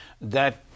that-